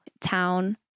town